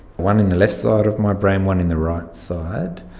one in the left side of my brain, one in the right side.